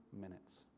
minutes